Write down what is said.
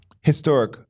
Historic